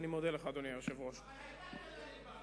אדוני היושב-ראש, אני מודה לך.